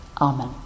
Amen